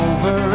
Over